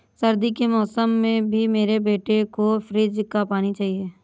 सर्दी के मौसम में भी मेरे बेटे को फ्रिज का पानी चाहिए